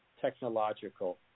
technological